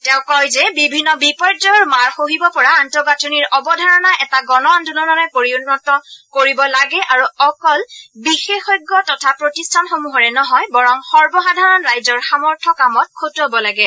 তেওঁ কয় যে বিভিন্ন বিপৰ্যয়ৰ মাৰ সহিব পৰা আন্তঃগাঁথনিৰ অৱধাৰণা এটা গণ আন্দোলনলৈ পৰিণত কৰিব লাগে আৰু অকল বিশেষজ্ঞ তথা প্ৰতিষ্ঠানসমূহৰে নহয় বৰং সৰ্বসাধাৰণ ৰাইজৰ সামৰ্থ কামত খটুৱাব লাগে